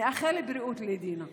נאחל בריאות לדינה.